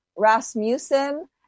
Rasmussen